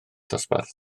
dosbarth